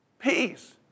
Peace